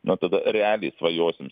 na tada realiai svajosim